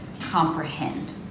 comprehend